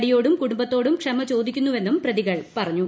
നടിയോടും കുടുംബത്തോടും ക്ഷമചോദിക്കുന്നുവെന്നും പ്രതികൾ പറഞ്ഞു